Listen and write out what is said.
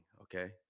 okay